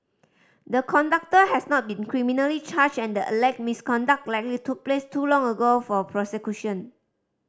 the conductor has not been criminally charged and the alleged misconduct likely took place too long ago for prosecution